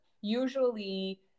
usually